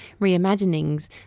reimaginings